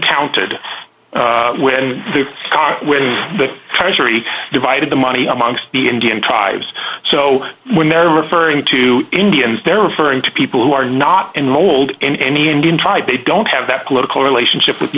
counted when to start with that territory divided the money amongst the indian tribes so when they're referring to indians they're referring to people who are not enrolled in any indian tribe they don't have that political relationship with the